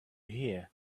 here